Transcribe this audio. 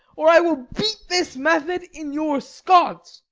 or i will beat this method in your sconce.